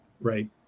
right